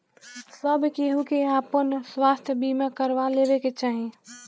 सब केहू के आपन स्वास्थ्य बीमा करवा लेवे के चाही